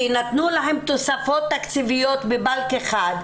כי נתנו להם תוספות תקציביות בבאלק אחד,